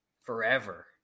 forever